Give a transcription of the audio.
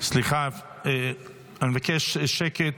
אני מבקש שקט.